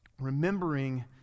remembering